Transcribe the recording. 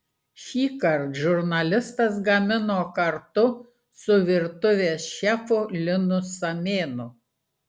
šįkart žurnalistas gamino kartu su virtuvės šefu linu samėnu